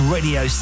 Radio